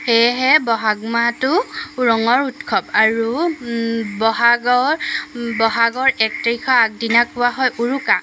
সেয়েহে বহাগ মাহটো ৰঙৰ উৎসৱ আৰু বহাগৰ বহাগৰ এক তাৰিখৰ আগদিনাক কোৱা হয় উৰুকা